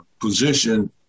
position